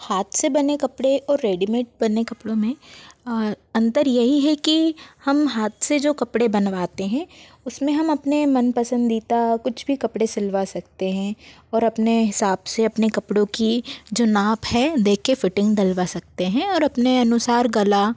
हाथ से बने कपड़े और रेडीमेड बने कपड़ों में अंतर यही है कि हम हाथ से जो कपड़े बनवाते हें उसमें हम अपने मनपसंदीता कुछ भी कपड़े सिलवा सकते हें और अपने हिसाब से अपने कपड़ों की जो नाप है देके फिटिंग डलवा सकते हैं और अपने अनुसार गला